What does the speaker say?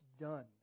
done